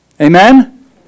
Amen